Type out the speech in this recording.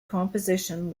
composition